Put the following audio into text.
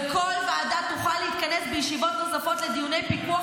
וכל ועדה תוכל להתכנס בישיבות נוספות לדיוני פיקוח